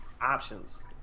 Options